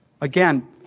Again